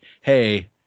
hey